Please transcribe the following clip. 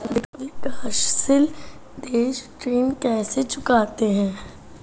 विकाशसील देश ऋण कैसे चुकाते हैं?